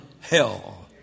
hell